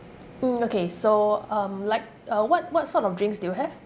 mm okay so um like uh what what sort of drinks do you have